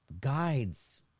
guides